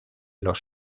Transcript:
los